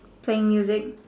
playing music